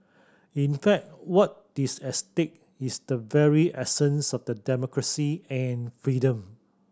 in fact what is at stake is the very essence of the democracy and freedom